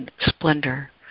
splendor